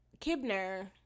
Kibner